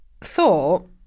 thought